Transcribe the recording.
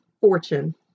fortune